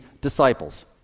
disciples